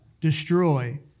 Destroy